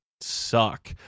suck